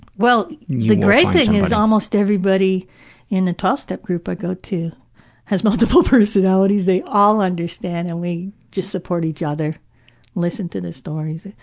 well, the great thing is almost everybody in the twelve step group i go to has multiple personalities. they all understand and we just support each other listening to the stories.